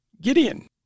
Gideon